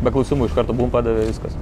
be klausimų iš karto bum padavė viskas